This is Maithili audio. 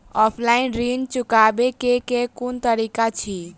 ऑफलाइन ऋण चुकाबै केँ केँ कुन तरीका अछि?